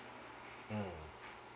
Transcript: mm